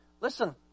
Listen